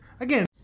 Again